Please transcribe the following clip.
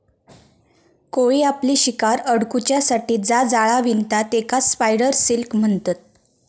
कोळी आपली शिकार अडकुच्यासाठी जा जाळा विणता तेकाच स्पायडर सिल्क म्हणतत